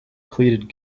pleaded